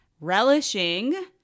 Relishing